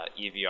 evr